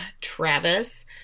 Travis